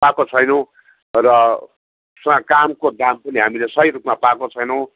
पाएको छैनौँ तर कामको दाम पनि हामीले सही रूपमा पाएको छैनौँ